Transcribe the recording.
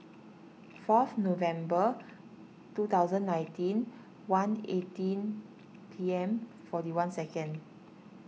forth November two thousand and nineteen one eighteen P M forty one seconds